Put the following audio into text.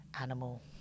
animal